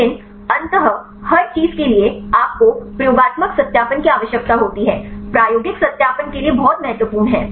लेकिन अंततः हर चीज के लिए आपको प्रयोगात्मक सत्यापन की आवश्यकता होती है प्रायोगिक सत्यापन के लिए यह बहुत महत्वपूर्ण है